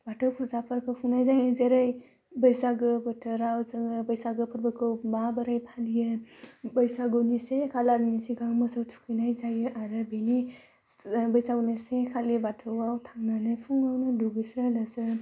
बाथौ फुजाफोरखौ खुंनाय जायो जेरै बैसागो बोथोराव जोङो बैसागो फोरबोखौ माबोरै फालियो बैसागुनि से खालारनि सिगां मोसौ थुखैनाय जायो आरो बिनि बैसागुनि से खालि बाथौवाव थांनानै फुङावनो दुगैस्रो लोबस्रो